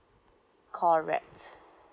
correct